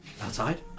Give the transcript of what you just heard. Outside